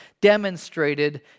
demonstrated